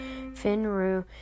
Finru